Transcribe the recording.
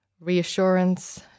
Reassurance